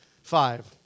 Five